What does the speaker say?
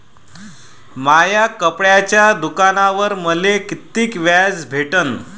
माया कपड्याच्या दुकानावर मले कितीक व्याज भेटन?